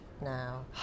now